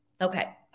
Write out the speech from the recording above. Okay